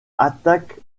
attaque